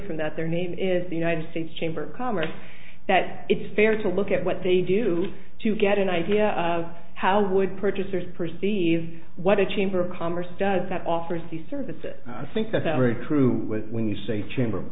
from that their name is the united states chamber of commerce that it's fair to look at what they do to get an idea of how would purchasers perceive what a chamber of commerce does that offers the services i think that that very true when you say chamber of